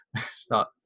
Start